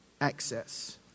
access